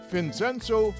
Vincenzo